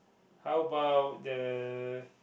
how about the